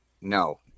No